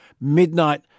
midnight